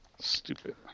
Stupid